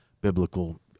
biblical